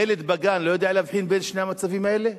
ילד בגן לא יודע להבחין בין שני המצבים האלה?